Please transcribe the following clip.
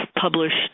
published